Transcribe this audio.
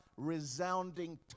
resounding